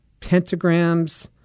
pentagrams